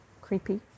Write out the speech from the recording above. creepy